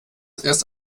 erst